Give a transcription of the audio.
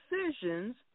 decisions